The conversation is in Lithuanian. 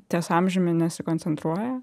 ties amžiumi nesikoncentruoja